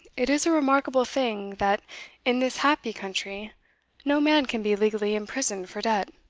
it is a remarkable thing, that in this happy country no man can be legally imprisoned for debt.